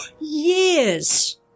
years